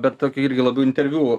bet tokio irgi labiau interviu